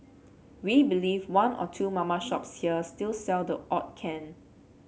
we believe one or two mama shops here still sell the odd can